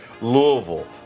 Louisville